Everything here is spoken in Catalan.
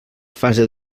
fase